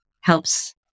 helps